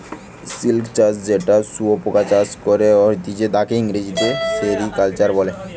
silk চাষ যেটা শুয়োপোকা চাষ করে করা হতিছে তাকে আমরা ইংরেজিতে সেরিকালচার বলি